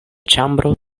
ĉambro